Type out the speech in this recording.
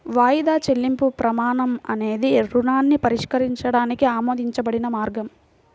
వాయిదా చెల్లింపు ప్రమాణం అనేది రుణాన్ని పరిష్కరించడానికి ఆమోదించబడిన మార్గం